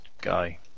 guy